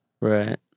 Right